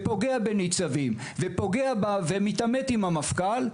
פוגע בניצבים ומתעמת עם המפכ״ל,